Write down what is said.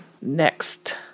next